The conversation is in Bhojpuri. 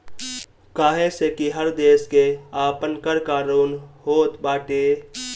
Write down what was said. काहे से कि हर देस के आपन कर कानून होत बाटे